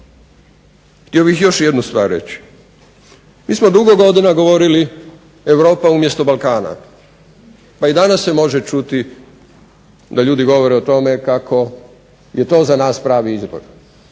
Htio bih još jednu stvar reći. Mi smo dugo godina govorili Europa umjesto Balkana, pa i danas se može čuti da ljudi govore o tome kako je to za nas pravi izbor.